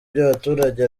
by’abaturage